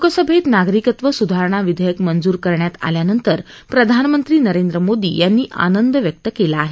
लोकसभेत नागरिकत्व सुधारणा विधेयक मंजूर करण्यात आल्यानंतर प्रधानमंत्री नरेंद्र मोदी यांनी आनंद व्यक्त केला आहे